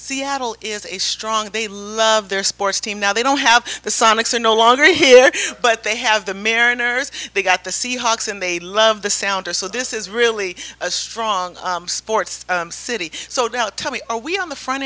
seattle is a strong they love their sports team now they don't have the sonics are no longer here but they have the mariners they got the seahawks and they love the sound or so this is really a strong sports city so now tell me are we on the front